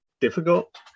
difficult